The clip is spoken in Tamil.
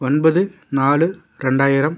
ஒன்பது நாலு ரெண்டாயிரம்